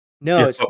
No